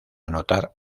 anotar